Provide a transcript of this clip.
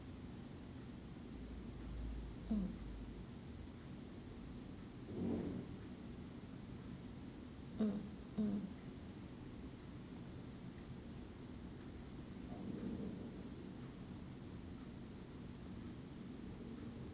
mm mm mm